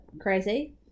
crazy